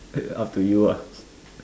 uh up to you ah